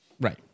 Right